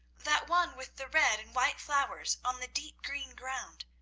that one with the red and white flowers on the deep green ground.